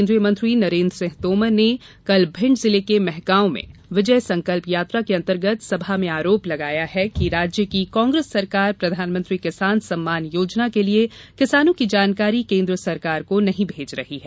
केन्द्रीय मंत्री नरेन्द्र सिंह तोमर ने कल भिंड जिले के मेहगॉव में विजय संकल्प यात्रा के अंतर्गत सभा में आरोप लगाया है कि राज्य की कांग्रेस सरकार प्रधानमंत्री किसान सम्मान योजना के लिए किसानों की जानकारी केन्द्र सरकार नहीं भेज रही है